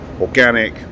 organic